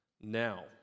Now